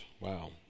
wow